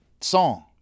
song